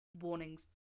warnings